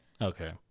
okay